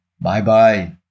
bye-bye